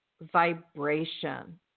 vibration